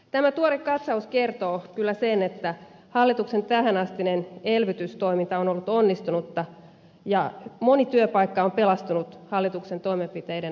tämä tuore katsaus kertoo kyllä sen että hallituksen tähänastinen elvytystoiminta on ollut onnistunutta ja moni työpaikka on pelastunut hallituksen toimenpiteiden ansiosta